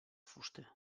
fuster